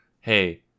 hey